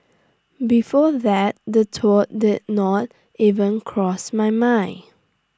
before that the thought did not even cross my mind